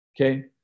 Okay